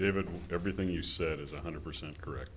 david everything you said is one hundred percent correct